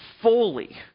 fully